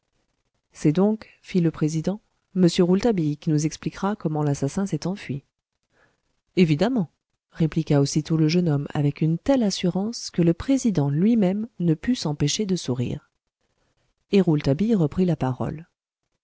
c'est donc fit le président m rouletabille qui nous expliquera comment l'assassin s'est enfui évidemment répliqua aussitôt le jeune homme avec une telle assurance que le président lui-même ne put s'empêcher de sourire et rouletabille reprit la parole